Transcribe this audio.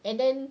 and then